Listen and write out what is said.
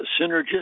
synergistic